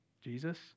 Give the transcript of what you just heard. Jesus